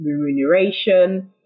remuneration